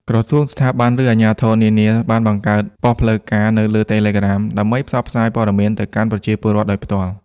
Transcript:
ក្រសួង ស្ថាប័ន ឬអាជ្ញាធរនានាបាន បង្កើតប៉ុស្តិ៍ផ្លូវការ នៅលើ Telegram ដើម្បីផ្សព្វផ្សាយព័ត៌មានទៅកាន់ប្រជាពលរដ្ឋដោយផ្ទាល់។